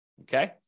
okay